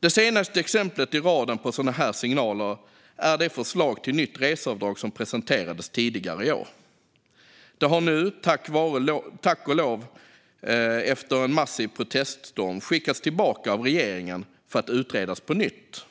Det senaste exemplet i raden av sådana här signaler är det förslag till nytt reseavdrag som presenterades tidigare i år. Det har nu, efter en massiv proteststorm, tack och lov skickats tillbaka av regeringen för att utredas på nytt.